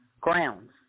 grounds